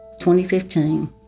2015